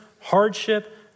hardship